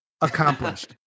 Accomplished